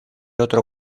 otro